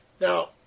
Now